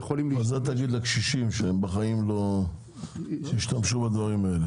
מה תגיד לקשישים שבחיים לא השתמשו בכרטיסי אשראי?